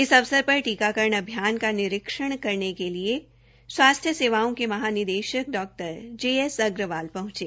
इस अवसर प्र टीकाकरण अभियान का निरीक्षण करने के लिए स्वास्थ्य सेवाओं के महानिदेकशक डॉ जे एस अग्रवाल हंचे